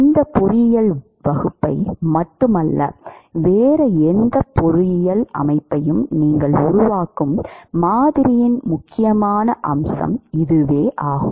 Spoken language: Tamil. இந்த பொறியியல் வகுப்பை மட்டுமல்ல வேறு எந்த பொறியியல் அமைப்பையும் நீங்கள் உருவாக்கும் மாதிரியின் முக்கியமான அம்சம் இதுவாகும்